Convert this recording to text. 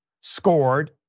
scored